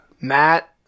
Matt